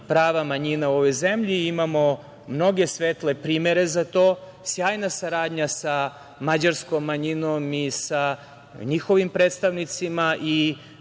prava manjina u ovoj zemlji, imamo mnoge svetle primere za to – sjajna saradnja sa mađarskom manjinom i sa njihovim predstavnicima